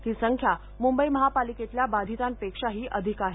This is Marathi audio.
ही संख्या मुंबई महापालिकेतल्या बाधितांपेक्षाही अधिक आहे